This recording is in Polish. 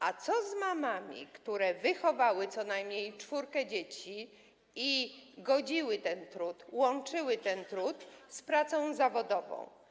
A co z mamami, które wychowały co najmniej czwórkę dzieci i godziły ten trud, łączyły ten trud z pracą zawodową?